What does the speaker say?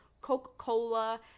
Coca-Cola